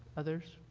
others?